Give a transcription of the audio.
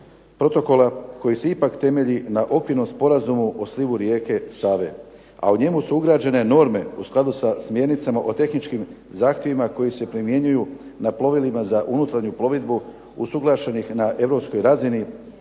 protokola koji se ipak temelji na Okvirnom sporazumu o slivu rijeke Save, a u njemu su ugrađene norme u skladu sa smjernicama o tehničkim zahtjevima koji se primjenjuju na plovilima za unutarnju plovidbu usuglašenih na europskoj razini